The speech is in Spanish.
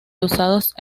usados